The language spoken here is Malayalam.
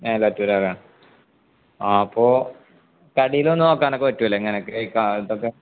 മേലാറ്റൂരാണല്ലേ ആ അപ്പോള് കടയില് വന്നുനോക്കാന്നൊക്കെ പറ്റില്ലെ ഇങ്ങനെയൊക്കെ